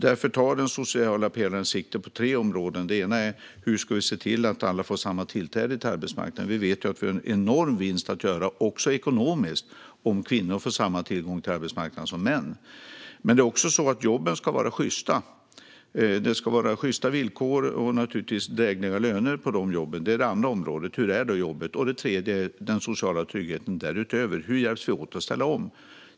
Därför tar den sociala pelaren sikte på tre områden. Ett område är hur vi ska se till att alla får samma tillträde till arbetsmarknaden. Vi vet att det finns en enorm vinst att göra, också ekonomiskt, om kvinnor får samma tillgång till arbetsmarknaden som män. Det andra området är att jobben också ska vara sjysta. Det ska vara sjysta villkor och naturligtvis drägliga löner för de jobben. Det tredje området gäller den sociala tryggheten därutöver. Hur hjälps vi åt att ställa om?